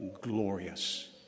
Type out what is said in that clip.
glorious